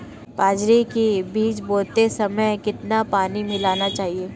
बाजरे के बीज बोते समय कितना पानी मिलाना चाहिए?